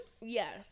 Yes